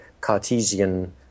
Cartesian